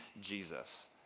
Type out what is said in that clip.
Jesus